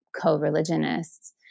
co-religionists